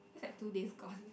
that's like two days gone